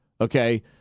Okay